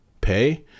pay